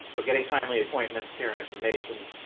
but getting timely appointments, care and information,